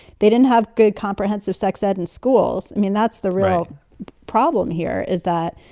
they didn't have good comprehensive sex ed in schools. i mean, that's the real problem here, is that,